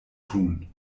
tun